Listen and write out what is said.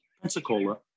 Pensacola